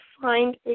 find